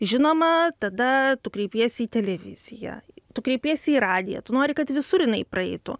žinoma tada tu kreipiesi į televiziją tu kreipiesi į radiją tu nori kad visur jinai praeitų